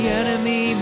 enemy